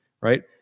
right